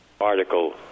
article